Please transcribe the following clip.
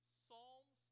psalms